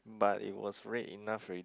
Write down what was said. but it was red enough already